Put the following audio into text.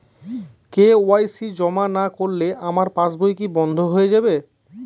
KYC জমা না করলে আমার পাসবই কি বন্ধ হয়ে যাবে?